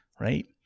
Right